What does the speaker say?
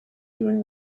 doing